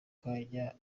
kanya